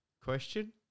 question